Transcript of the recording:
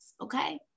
okay